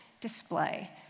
display